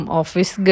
office